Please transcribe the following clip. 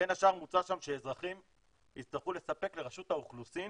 בין השאר מוצע שם שאזרחים יצטרכו לספק לרשות האוכלוסין